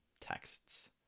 texts